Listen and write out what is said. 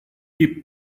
keep